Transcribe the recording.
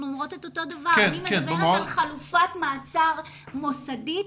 אני מדברת על חלופת מעצר מוסדית,